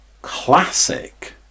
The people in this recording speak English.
classic